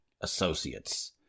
Associates